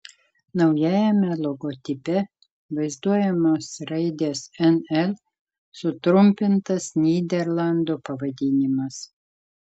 naujajame logotipe vaizduojamos raidės nl sutrumpintas nyderlandų pavadinimas